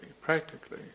practically